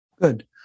Good